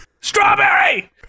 strawberry